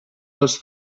els